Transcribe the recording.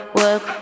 work